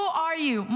Who are you,